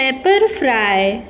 pepper fry